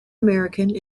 american